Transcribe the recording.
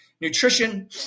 Nutrition